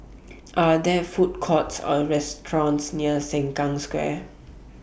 Are There Food Courts Or restaurants near Sengkang Square